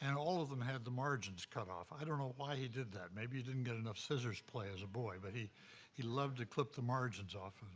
and all of them had the margins cut off. i don't know why he did that. maybe he didn't get enough scissors play as a boy, but he he loved to clip the margins off and